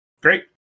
Great